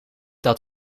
dat